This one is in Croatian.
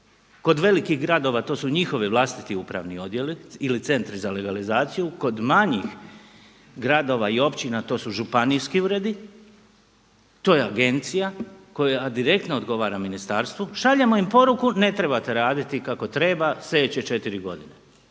kod velikih gradova, to su njihovi vlastiti upravni odjeli ili centri za legalizaciju kod manjih gradova i općina to su županijski uredi, to je agencija koja direktno odgovara ministarstvu, šaljemo im poruku ne trebate raditi kako treba sljedeće četiri godine.